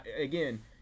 Again